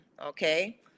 okay